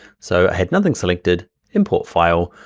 so had nothing selected import file,